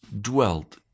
dwelt